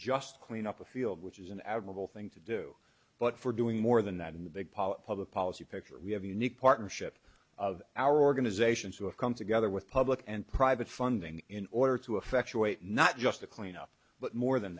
just clean up a field which is an admirable thing to do but for doing more than that in the big public policy picture we have a unique partnership of our organizations who have come together with public and private funding in order to effectuate not just the cleanup but more than